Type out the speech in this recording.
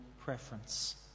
preference